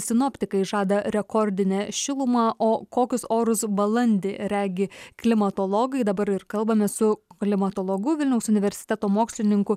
sinoptikai žada rekordinę šilumą o kokius orus balandį regi klimatologai dabar ir kalbamės su klimatologu vilniaus universiteto mokslininku